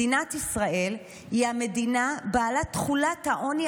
מדינת ישראל היא המדינה בעלת תחולת העוני